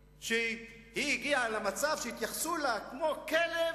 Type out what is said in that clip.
שהיא הגיעה למצב שהתייחסו אליה כמו אל כלב,